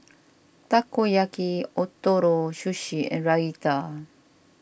Takoyaki Ootoro Sushi and Raita